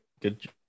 good